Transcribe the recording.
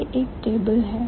यह एक टेबल है